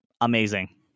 amazing